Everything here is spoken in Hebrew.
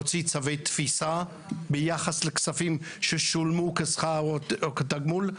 הוציא צווי תפיסה ביחס לכספים ששולמו כשכר או כתגמול.